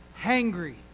Hangry